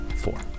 Four